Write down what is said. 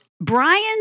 Brian